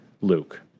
Luke